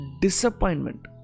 disappointment